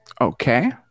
Okay